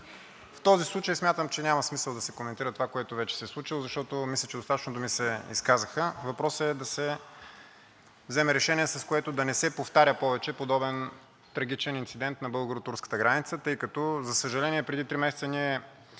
в този случай смятам, че няма смисъл да се коментира това, което вече се е случило, защото мисля, че достатъчно думи се изказаха. Въпросът е да се вземе решение, с което да не се повтаря повече подобен трагичен инцидент на българо-турската граница. За съжаление, преди три месеца ние